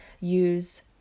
use